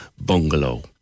bungalow